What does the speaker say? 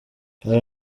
aha